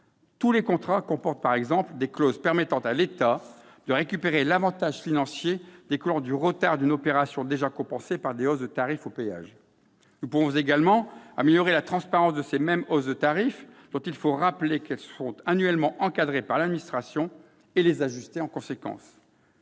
tous les contrats comportent des clauses permettant à l'État de récupérer l'avantage financier découlant du retard d'une opération déjà compensée par des hausses de tarifs aux péages. Nous pouvons également améliorer la transparence de ces mêmes hausses de tarifs, dont il faut rappeler qu'elles sont annuellement encadrées par l'administration, et les ajuster en conséquence.